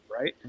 right